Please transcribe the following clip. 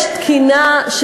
יש תקינה,